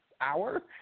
hour